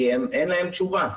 כי אין להן תשובה.